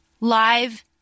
live